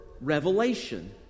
Revelation